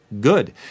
good